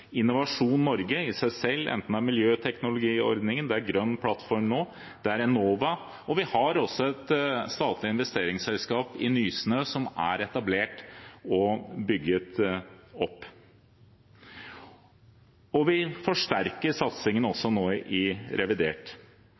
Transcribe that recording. Innovasjon Norge, enten det er miljøteknologiordningen, Grønn plattform nå eller Enova, og vi har også et statlig investeringsselskap i Nysnø, som er etablert og bygget opp. Vi forsterker satsingen også nå i revidert